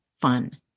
fun